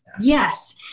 Yes